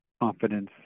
confidence